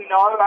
no